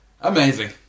Amazing